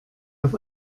auf